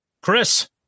Chris